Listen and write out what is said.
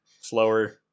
Slower